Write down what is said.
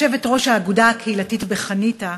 יושבת-ראש האגודה הקהילתית בחניתה,